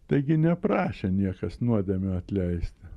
taigi neprašė niekas nuodėmių atleisti